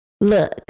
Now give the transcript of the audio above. look